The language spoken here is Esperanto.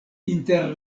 inter